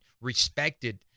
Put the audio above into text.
respected